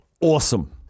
Awesome